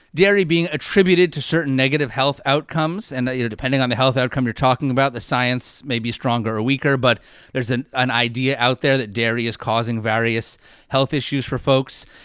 dairy being attributed to certain negative health outcomes. and, you know, depending on the health outcome you're talking about, the science may be stronger or weaker. but there's an an idea out there that dairy is causing various health issues for folks.